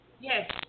Yes